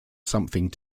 something